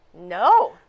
No